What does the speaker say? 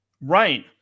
right